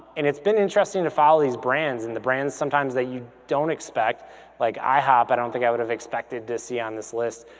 and it's been interesting to follow these brands and the brands sometimes that you don't expect like ihop, i don't think i would've expected to see on this list,